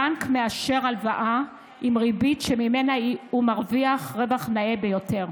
הבנק מאשר הלוואה עם ריבית שהוא מרוויח ממנה רווח נאה ביותר.